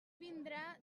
vindrà